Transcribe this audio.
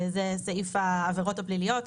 זה סעיף העבירות הפליליות,